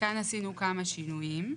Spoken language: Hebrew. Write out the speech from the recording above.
כאן עשינו כמה שינויים.